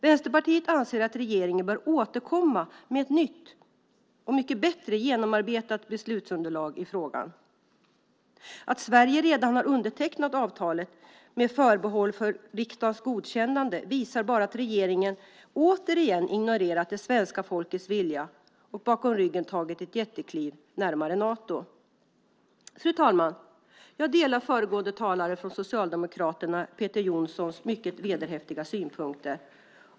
Vänsterpartiet anser att regeringen bör återkomma med ett nytt och mycket bättre genomarbetat beslutsunderlag i frågan. Att Sverige redan har undertecknat avtalet med förbehåll för riksdagens godkännande visar bara att regeringen återigen ignorerat det svenska folkets vilja och bakom ryggen tagit ett jättekliv närmare Nato. Fru talman! Jag delar de mycket vederhäftiga synpunkter som föregående talare, Peter Jonsson från Socialdemokraterna, framförde.